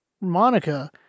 Monica